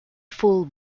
full